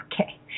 Okay